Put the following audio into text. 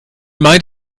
meint